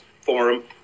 forum